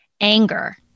Anger